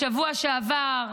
בשבוע שעבר,